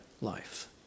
life